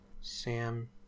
Sam